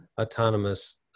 autonomous